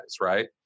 right